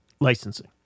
licensing